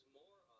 more